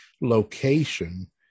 location